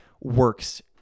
works